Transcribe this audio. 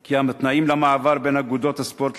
כי התנאים למעבר בין אגודות הספורט,